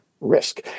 risk